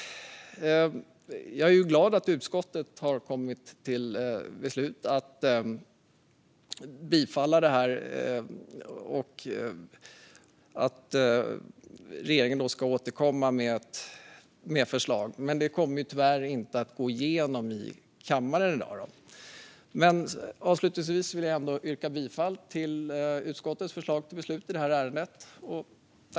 Jag är glad att utskottet tillstyrker ett förslag till tillkännagivande om att regeringen ska återkomma med förslag, men tyvärr kommer förslaget inte att gå igenom kammaren i dag. Avslutningsvis yrkar jag bifall till utskottets förslag till beslut i ärendet.